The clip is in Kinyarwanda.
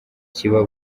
kiba